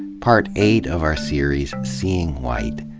part eight of our series, see ing white.